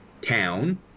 town